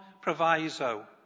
proviso